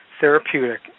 therapeutic